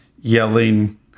yelling